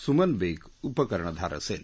सुमन बेक उपकर्णधार असेल